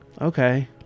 okay